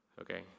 Okay